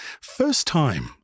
First-time